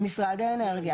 משרד האנרגיה.